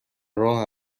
راه